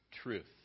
truth